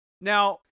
Now